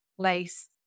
place